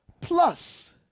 plus